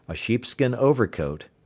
sheepskin overcoat,